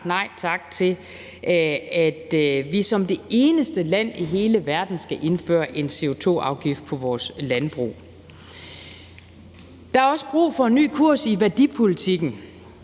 nej tak til, at vi som det eneste land i hele verden skal indføre en CO2-afgift på vores landbrug. Der er også brug for en ny kurs i værdipolitikken.